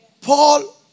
Paul